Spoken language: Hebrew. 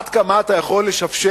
עד כמה אתה יכול לשפשף